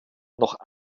noch